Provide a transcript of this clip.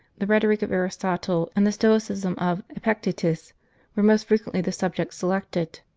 the rhetoric of aristotle and the stoicism of epictetus were most frequently the subjects selected.